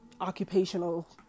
occupational